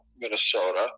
Minnesota